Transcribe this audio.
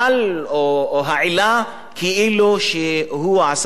או העילה כאילו הוא עשה טעויות ושגיאות